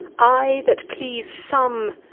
i that please some,